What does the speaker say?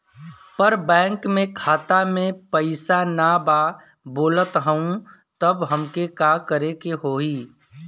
पर बैंक मे खाता मे पयीसा ना बा बोलत हउँव तब हमके का करे के होहीं?